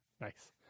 Nice